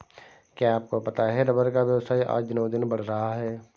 क्या आपको पता है रबर का व्यवसाय आज दिनोंदिन बढ़ रहा है?